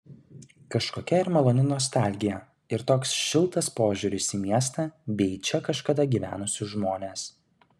kažkokia ir maloni nostalgija ir toks šiltas požiūris į miestą bei į čia kažkada gyvenusius žmones